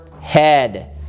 head